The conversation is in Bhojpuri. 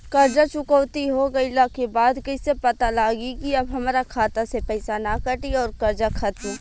कर्जा चुकौती हो गइला के बाद कइसे पता लागी की अब हमरा खाता से पईसा ना कटी और कर्जा खत्म?